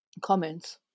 comments